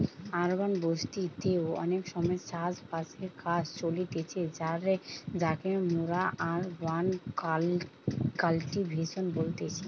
urban বসতি তে অনেক সময় চাষ বাসের কাজ চলতিছে যাকে মোরা আরবান কাল্টিভেশন বলতেছি